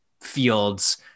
fields